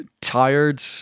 tired